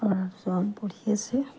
ল'ৰাজন পঢ়ি আছে